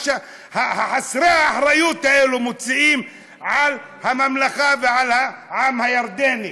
שחסרי האחריות האלה מוציאים על הממלכה ועל העם הירדני,